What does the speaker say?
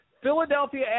Philadelphia